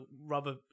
rubber